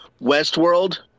Westworld